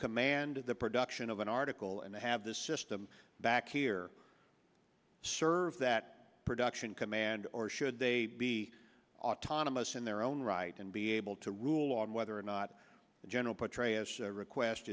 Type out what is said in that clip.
command the production of an article and they have this system back here serve that production command or should they be autonomous in their own right and be able to rule on whether or not the general petraeus request